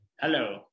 Hello